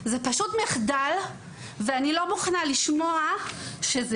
זה פשוט מחדל ואני לא מוכנה לשמוע שזה